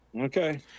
Okay